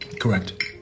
Correct